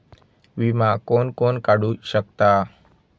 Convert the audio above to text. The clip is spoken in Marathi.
विमा कोण कोण काढू शकता?